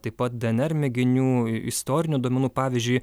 taip pat dnr mėginių istorinių duomenų pavyzdžiui